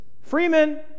Freeman